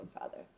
father